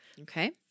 Okay